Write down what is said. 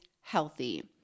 healthy